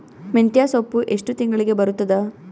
ಮೆಂತ್ಯ ಸೊಪ್ಪು ಎಷ್ಟು ತಿಂಗಳಿಗೆ ಬರುತ್ತದ?